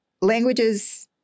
languages